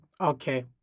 okay